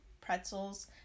pretzels